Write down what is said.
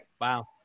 Wow